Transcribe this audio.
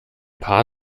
paar